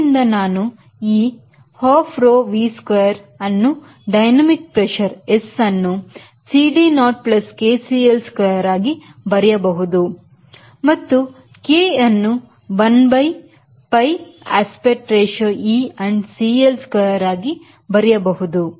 ಆದ್ದರಿಂದ ನಾನು ಈ half rho V square ಅನ್ನು ಡೈನಮಿಕ್ ಪ್ರೆಷರ್ S ಅನ್ನು CDoK CL square ಆಗಿ ಬರೆಯಬಹುದು ಮತ್ತು K ಅನ್ನು 1 by pi aspect ratio e and CL square ಆಗಿ ಬರೆಯಬಹುದು